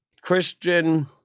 Christian